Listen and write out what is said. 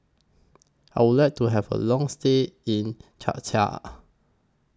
I Would like to Have A Long stay in Czechia